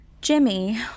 Jimmy